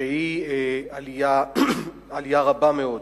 שהיא עלייה רבה מאוד.